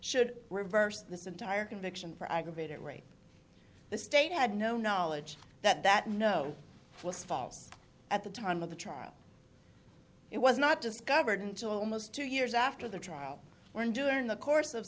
should reverse this entire conviction for aggravated rape the state had no knowledge that that know was false at the time of the trial it was not discovered until almost two years after the trial when during the course of